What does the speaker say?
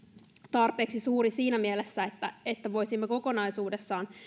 tarpeeksi suuri siinä mielessä että että voisimme kokonaisuudessaan